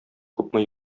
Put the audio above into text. күпме